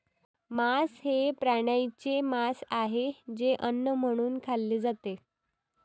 मांस हे प्राण्यांचे मांस आहे जे अन्न म्हणून खाल्ले जाते